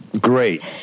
great